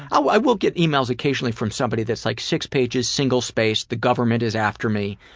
i will get emails occasionally from somebody that's like six pages single spaced, the government is after me,